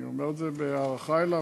אני אומר את זה בהערכה אליו,